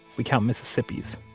we count mississippis